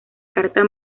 carta